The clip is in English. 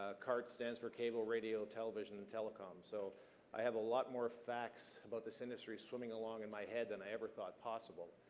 ah cartt stands for cable, radio, television and telecomm, so i have a lot more facts about this industry swimming along in my head than i ever thought possible,